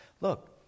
Look